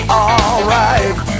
alright